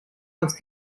aus